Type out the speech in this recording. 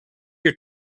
your